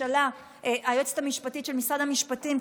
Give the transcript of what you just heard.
היועצת המשפטית של משרד המשפטים,